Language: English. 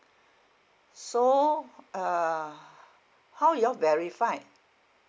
so uh how you all verified